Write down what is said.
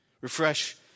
Refresh